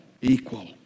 equal